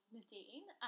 Nadine